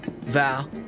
Val